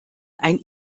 ein